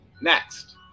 Next